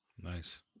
Nice